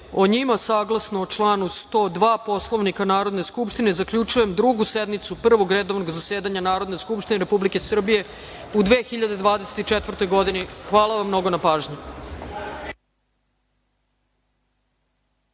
o njima, saglasno članu 102. Poslovnika Narodne skupštine, zaključujem Drugu sednicu Prvog redovnog zasedanja Narodne skupštine Republike Srbije u 2024. godini. Hvala vam mnogo na pažnji.